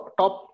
top